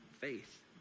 faith